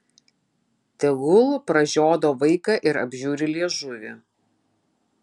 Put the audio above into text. tegul pražiodo vaiką ir apžiūri liežuvį